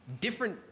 different